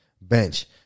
bench